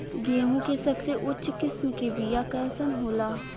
गेहूँ के सबसे उच्च किस्म के बीया कैसन होला?